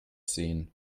sehen